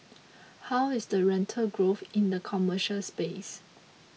how is the rental growth in the commercial space